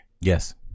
Yes